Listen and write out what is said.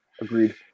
Agreed